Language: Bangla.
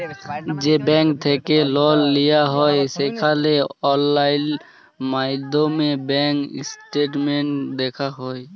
যে ব্যাংক থ্যাইকে লল লিয়া হ্যয় সেখালে অললাইল মাইধ্যমে ব্যাংক ইস্টেটমেল্ট দ্যাখা যায়